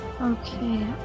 Okay